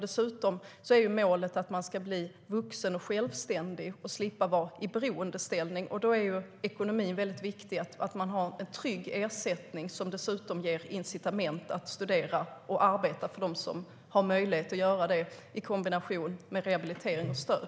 Dessutom är målet att de ska bli vuxna, självständiga och slippa att vara i beroendeställning. Då är ekonomin väldigt viktig och att de har en trygg ersättning som dessutom ger incitament att studera och arbeta för dem som har möjlighet att göra det i kombination med rehabilitering och stöd.